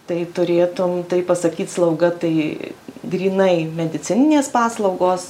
tai turėtum tai pasakyt slauga tai grynai medicininės paslaugos